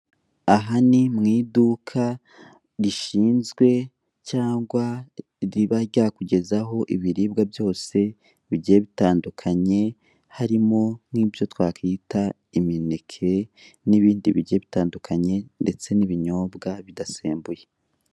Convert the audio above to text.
Aha ni mu iduka rishinzwe cyangwa riba ryakugezaho ibiribwa byose bigiye bitandukanye harimo nk'ibyo twakita imineke n'ibindi bigiye bitandukanye ndetse n'ibinyobwa bidasembuye.